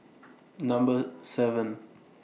Number seven